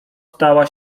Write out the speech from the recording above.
stała